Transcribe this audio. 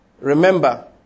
Remember